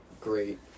great